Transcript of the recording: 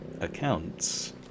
accounts